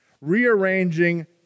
Rearranging